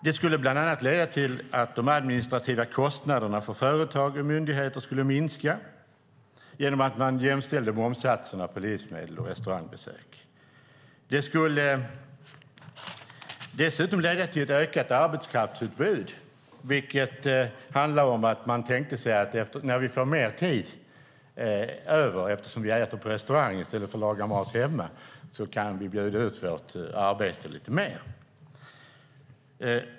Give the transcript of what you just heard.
Det skulle bland annat leda till att de administrativa kostnaderna för företag och myndigheter skulle minska genom att man jämställde momssatserna på livsmedel och restaurangbesök. Det skulle dessutom leda till ett ökat arbetskraftsutbud. Där tänkte man sig att när vi får mer tid över, eftersom vi äter på restaurang i stället för att laga mat hemma, kan vi bjuda ut vårt arbete lite mer.